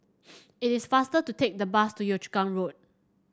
it is faster to take the bus to Yio Chu Kang Road